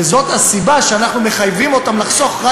וזאת הסיבה שאנחנו מחייבים אותם לחסוך רק